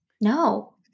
No